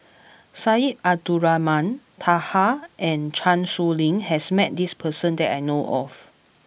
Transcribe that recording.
Syed Abdulrahman Taha and Chan Sow Lin has met this person that I know of